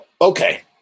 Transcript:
Okay